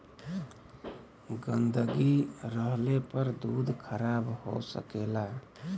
गन्दगी रहले पर दूध खराब हो सकेला